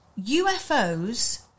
UFOs